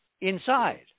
inside